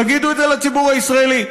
תגידו את זה לציבור הישראלי.